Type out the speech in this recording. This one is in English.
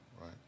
Right